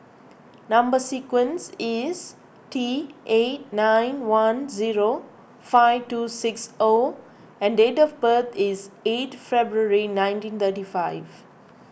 Number Sequence is T eight nine one zero five two six O and date of birth is eight February nineteen thirty five